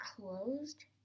closed